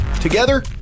Together